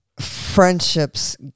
friendships